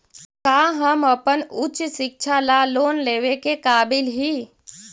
का हम अपन उच्च शिक्षा ला लोन लेवे के काबिल ही?